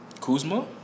Kuzma